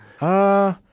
Uh-